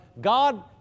God